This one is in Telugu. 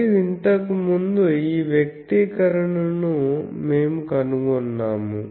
మరియు ఇంతకుముందు ఈ వ్యక్తీకరణను మేము కనుగొన్నాము